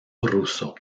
ruso